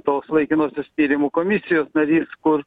tos laikinosios tyrimų komisijos narys kur